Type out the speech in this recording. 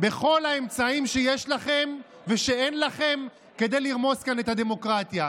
בכל האמצעים שיש לכם ושאין לכם כדי לרמוס כאן את הדמוקרטיה.